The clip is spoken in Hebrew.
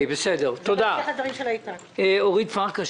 חברת הכנסת אורית פרקש,